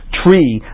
tree